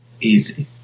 Easy